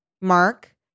Mark